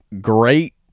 great